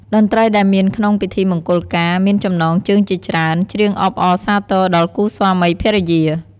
តន្រី្តដែលមានក្នុងពិធីមង្គលការមានចំណងជើងជាច្រើន ច្រៀងអបអរសាទរដល់គូស្វាមីភរិយា។